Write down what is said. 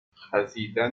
خزیدن